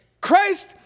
Christ